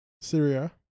Syria